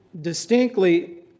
distinctly